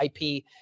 IP